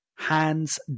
Hands